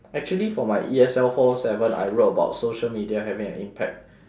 actually for my E_S_L four seven I wrote about social media having an impact